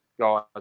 Guys